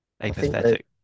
Apathetic